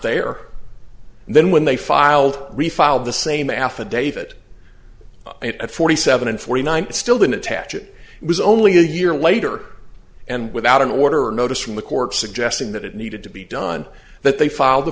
there and then when they filed refile the same affidavit at forty seven and forty nine it still didn't attach it was only a year later and without an order or a notice from the court suggesting that it needed to be done that they filed the